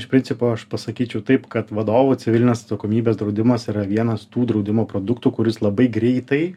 iš principo aš pasakyčiau taip kad vadovo civilinės atsakomybės draudimas yra vienas tų draudimo produktų kuris labai greitai